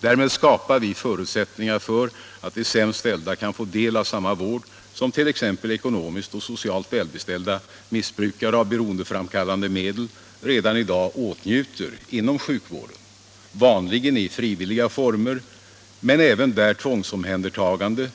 Därmed skapar vi förutsättningar för att de sämst ställda kan få del av samma vård som t.ex. ekonomiskt och socialt välbeställda missbrukare av beroendeframkallande medel redan i dag åtnjuter inom sjukvården — vanligen i frivilliga former men där även omhändertagande